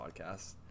podcast